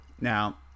Now